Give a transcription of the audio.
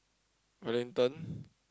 Wellington